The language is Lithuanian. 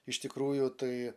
iš tikrųjų tai